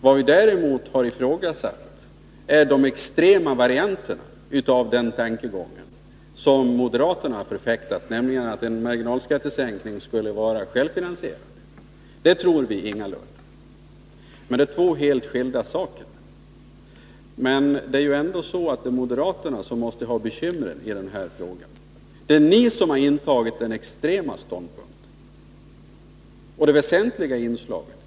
Vad vi däremot har ifrågasatt är de extrema varianterna av denna tankegång som moderaterna har förfäktat, nämligen att en marginalskattesänkning skulle vara självfinansierande. Det tror vi ingalunda. Det är två helt skilda saker. Men det måste ju vara moderaterna som har bekymren i den här frågan. Det är ni som har intagit den extrema ståndpunkten.